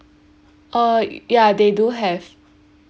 oh ya they do have